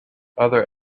other